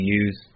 use